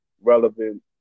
relevant